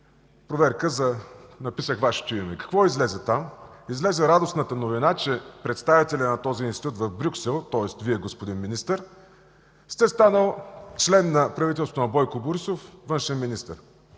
проверката написах Вашето име. И какво излезе там? Излезе радостната новина, че представителят на този Институт в Брюксел, тоест Вие, господин Министър, сте станал член на правителството на Бойко Борисов – външен министър.